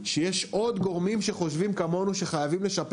שיש עוד גורמים שחושבים כמונו שחייבים לשפר